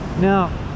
Now